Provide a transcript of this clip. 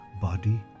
body